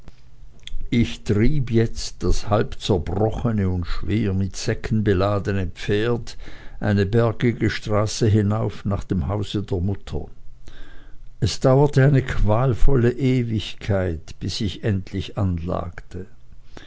ich trieb jetzt das halbzerbrochene und schwer mit säcken beladene pferd eine bergige straße hinauf nach dem hause der mutter es dauerte eine qualvolle ewigkeit bis ich endlich anlangte